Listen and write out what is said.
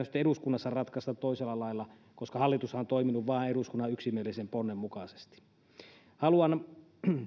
eduskunnassa ratkaista toisella lailla koska hallitushan on toiminut vain eduskunnan yksimielisen ponnen mukaisesti haluan